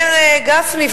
אומר גפני,